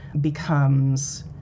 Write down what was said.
becomes